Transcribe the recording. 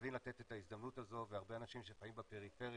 חייבים לתת את ההזדמנות הזו והרבה אנשים שחיים בפריפריה,